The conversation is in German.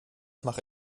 mache